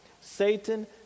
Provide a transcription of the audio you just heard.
Satan